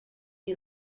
you